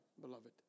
beloved